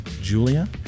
Julia